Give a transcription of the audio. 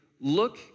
look